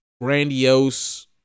grandiose